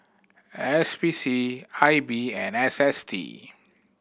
S P C I B and S S T